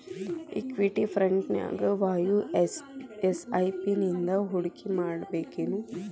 Equity ಫ್ರಂಟ್ನ್ಯಾಗ ವಾಯ SIP ನಿಂದಾ ಹೂಡ್ಕಿಮಾಡ್ಬೆಕೇನು?